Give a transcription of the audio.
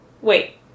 Wait